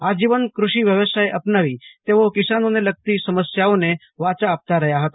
આજીવન કૃષિ વ્યવસાય અપનાવી તેઓ કિસાનોને લગતી સમસ્યાઓને વાચા આપતા રહ્યા હતા